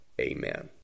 Amen